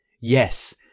Yes